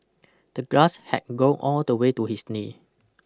the grass had grown all the way to his knee